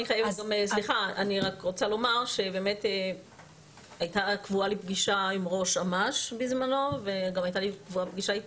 אני רוצה לומר שהייתה קבועה לי פגישה עם ראש אמ"ש בזמנו וגם איתך,